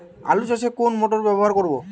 আলু চাষে কোন মোটর ব্যবহার করব?